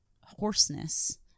hoarseness